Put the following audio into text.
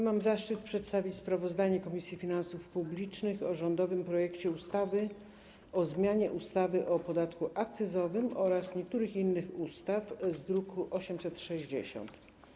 Mam zaszczyt przedstawić sprawozdanie Komisji Finansów Publicznych o rządowym projekcie ustawy o zmianie ustawy o podatku akcyzowym oraz niektórych innych ustaw z druku nr 860.